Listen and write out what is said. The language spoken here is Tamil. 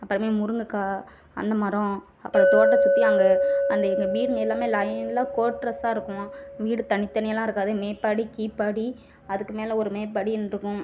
அப்புறமே முருங்கக்காய் அந்த மரம் அப்புறம் தோட்டம் சுற்றி அங்கே அந்த எங்கள் வீடுங்க எல்லாமே லைனில் கோட்ரஸ்சாக இருக்கும் வீடு தனிதனியாகலாம் இருக்காது மேப்படி கீப்படி அதுக்கு மேலே ஒரு மேப்படின்னு இருக்கும்